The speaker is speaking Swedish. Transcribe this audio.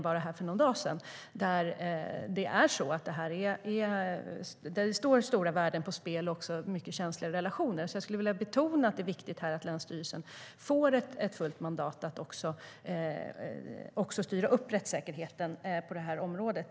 Bara för någon dag sedan var det ju ett fall uppe i medierna. Stora värden och känsliga relationer kan alltså stå på spel, och jag vill därför betona att det är viktigt att länsstyrelsen får fullt mandat att styra upp rättssäkerheten på området.